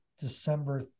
December